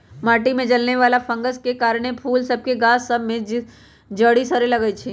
माटि में जलमे वला फंगस के कारन फूल सभ के गाछ सभ में जरी सरे लगइ छै